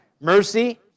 mercy